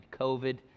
COVID